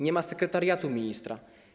Nie ma sekretariatu ministra.